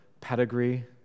pedigree